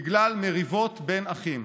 בגלל מריבות בין אחים.